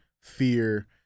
fear